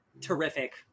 terrific